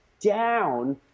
down